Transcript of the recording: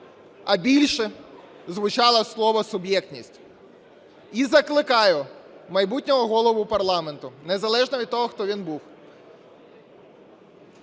а більше звучало слово "суб'єктність". І закликаю майбутнього голову парламенту незалежно від того, хто він був,